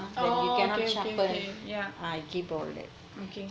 oh okay okay okay okay